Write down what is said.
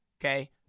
Okay